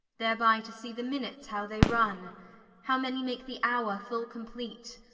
thereby to see the minutes how they runne how many makes the houre full compleate,